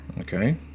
Okay